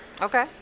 Okay